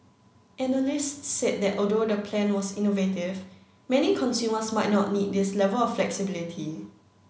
analysts said that although the plan was innovative many consumers might not need this level of flexibility